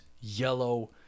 yellow